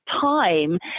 time